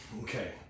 Okay